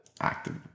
active